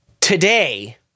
today